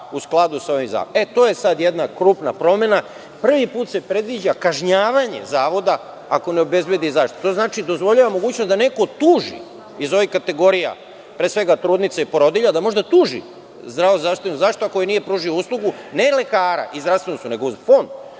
u skladu sa ovim zakonom. To je sad jedna krupna promena. Prvi put se predviđa kažnjavanje zavoda ako ne obezbedi zaštitu. To znači dozvoljava mogućnost da neko tuži iz ovih kategorija, pre svega trudnica i porodilja, da može da tuži Zavod za zdravstvenu zaštitu, ako joj nije pružio uslugu ne lekara i zdravstvenu uslugu, nego fond